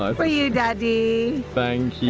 um for you daddy! thank you,